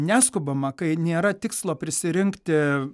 neskubama kai nėra tikslo prisirinkti